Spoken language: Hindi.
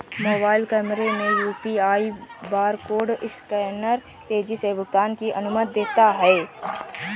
मोबाइल कैमरे में यू.पी.आई बारकोड स्कैनर तेजी से भुगतान की अनुमति देता है